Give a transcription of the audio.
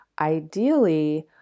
ideally